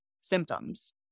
symptoms